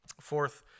Fourth